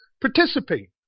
participate